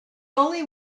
only